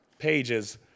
pages